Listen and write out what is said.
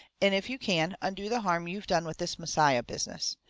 and if you can, undo the harm you've done with this messiah business.